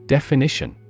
Definition